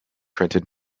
printed